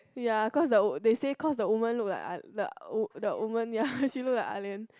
ya cause the wo~ they say cause the women look like ah the women ya she look like ah lian